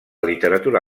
literatura